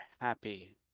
happy